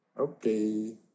Okay